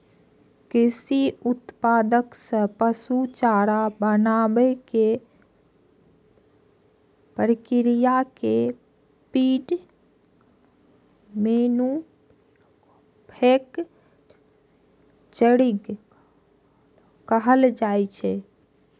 कृषि उत्पाद सं पशु चारा बनाबै के प्रक्रिया कें फीड मैन्यूफैक्चरिंग कहल जाइ छै